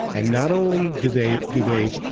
and not only do they do they